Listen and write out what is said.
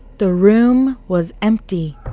the room was empty.